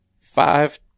five